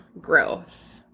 growth